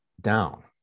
down